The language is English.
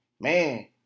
man